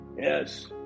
yes